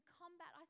combat